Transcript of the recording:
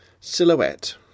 silhouette